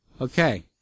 Okay